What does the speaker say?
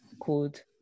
called